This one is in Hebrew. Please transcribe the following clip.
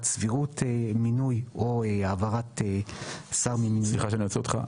סבירות מינוי או העברת שר ממינוי --- סליחה שאני עוצר אותך.